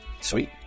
Sweet